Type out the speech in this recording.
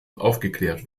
aufgeklärt